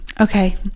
Okay